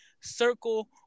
circle